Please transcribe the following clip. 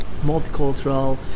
multicultural